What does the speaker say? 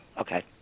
Okay